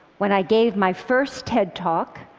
when i gave my first tedtalk,